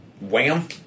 Wham